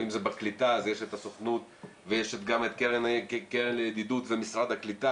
ואם זה בקליטה אז יש את הסוכנות ויש את הקרן לידידות ומשרד הקליטה,